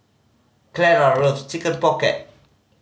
Clara loves Chicken Pocket